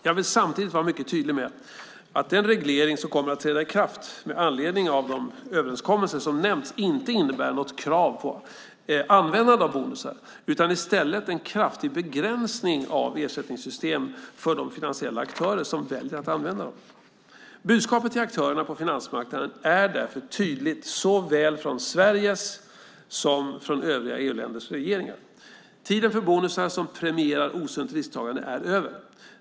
Jag vill samtidigt vara mycket tydlig med att den reglering som kommer att träda i kraft med anledning av de överenskommelser som nämnts inte innebär något krav på användande av bonusar, utan i stället en kraftig begränsning av ersättningssystemen för de finansiella aktörer som väljer att använda dem. Budskapet till aktörerna på finansmarknaden är därför tydligt såväl från Sveriges som från övriga EU-länders regeringar. Tiden för bonusar som premierar osunt risktagande är över.